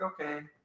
okay